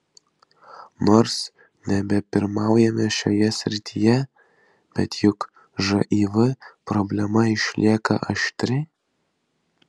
nors nebepirmaujame šioje srityje bet juk živ problema išlieka aštri